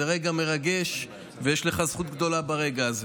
זה רגע מרגש, ויש לך זכות גדולה ברגע הזה.